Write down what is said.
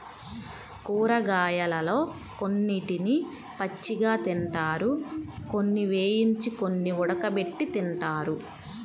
కూరగాయలలో కొన్నిటిని పచ్చిగా తింటారు, కొన్ని వేయించి, కొన్ని ఉడకబెట్టి తింటారు